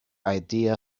idea